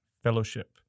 fellowship